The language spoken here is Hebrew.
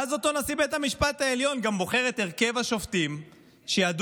ואז אותו נשיא בית המשפט העליון גם בוחר את הרכב השופטים שידון,